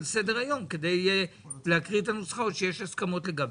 סדר היום כדי להקריא את הנוסחות שיש הסכמות לגביהן.